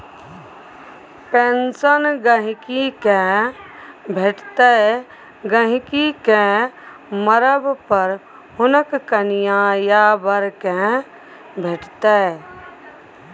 pension गहिंकी केँ भेटतै गहिंकी केँ मरब पर हुनक कनियाँ या बर केँ भेटतै